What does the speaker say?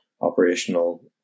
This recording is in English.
operational